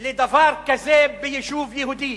על דבר כזה ביישוב יהודי.